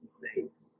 safe